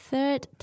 Third